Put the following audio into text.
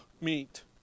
Meet